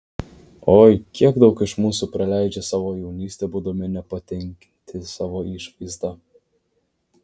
oi kiek daug iš mūsų praleidžia savo jaunystę būdami nepatenkinti savo išvaizda